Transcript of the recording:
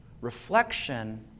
reflection